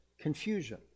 confusion